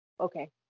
Okay